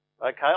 Okay